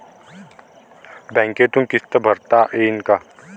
बँकेतून किस्त भरता येईन का?